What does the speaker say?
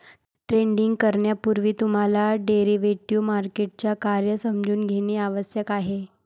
trading करण्यापूर्वी तुम्हाला derivative मार्केटचे कार्य समजून घेणे आवश्यक आहे